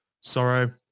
Sorrow